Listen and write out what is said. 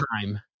time